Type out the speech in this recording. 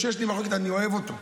כשיש לי מחלוקת, אני אוהב אותו,